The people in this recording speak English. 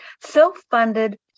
self-funded